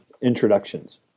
introductions